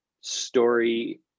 story